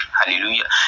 hallelujah